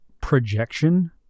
projection